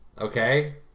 okay